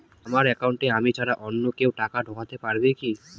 আমার একাউন্টে আমি ছাড়া অন্য কেউ টাকা ঢোকাতে পারবে কি?